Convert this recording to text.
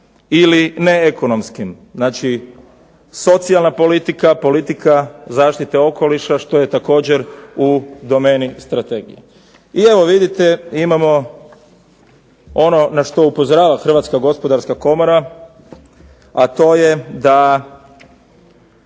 ili neekonomskim. Znači socijalna politika, politika zaštite okoliša, što je također u domeni strategije. I evo vidite, imamo ono na što upozorava Hrvatska gospodarska komora, a to je da